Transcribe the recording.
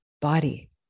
body